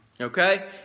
Okay